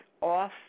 off